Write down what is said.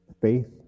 Faith